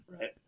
Right